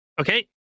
Okay